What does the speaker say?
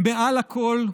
מעל הכול,